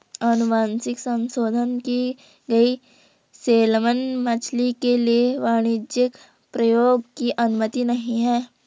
अनुवांशिक संशोधन की गई सैलमन मछली के लिए वाणिज्यिक प्रयोग की अनुमति नहीं है